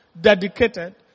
dedicated